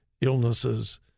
illnesses